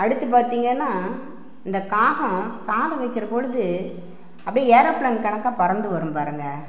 அடுத்து பார்த்திங்கன்னா இந்த காகம் சாதம் வைக்கிற பொழுது அப்படியே ஏரோப்பிளேன் கணக்காக பறந்து வரும் பாருங்கள்